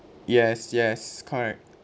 yes yes correct